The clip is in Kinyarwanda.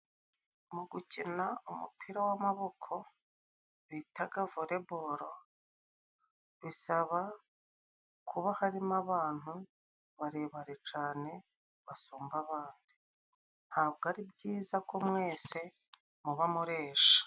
Mu gukina umupira w'amaboko bitaga volebolo, bisaba kuba harimo abantu barebare cane basumba abandi ntabwo ari byiza ko mwese muba muresha.